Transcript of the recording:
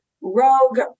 rogue